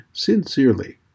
Sincerely